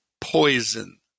poison